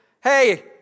Hey